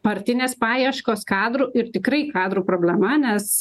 partinės paieškos kadrų ir tikrai kadrų problema nes